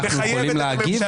אנחנו יכולים להגיב,